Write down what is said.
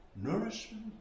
nourishment